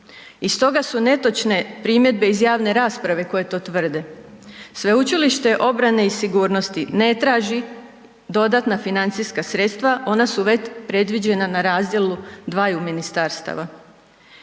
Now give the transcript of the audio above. I stoga su netočne primjedbe iz javne rasprave koje to tvrde. Sveučilište obrane i sigurnosti ne traži dodatna financijska sredstva ona su već predviđena na razdjelu dvaju ministarstava,